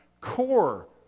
Core